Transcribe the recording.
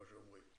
כמו שאומרים.